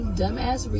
dumbass